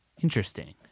Interesting